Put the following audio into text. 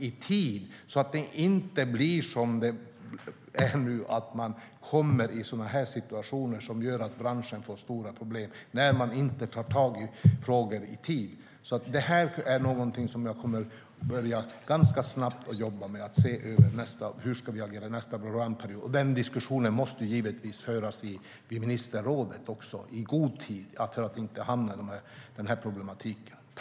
Det får inte bli som det är nu att man kommer i sådana situationer att branschen får stora problem för att man inte tar tag i frågor i tid.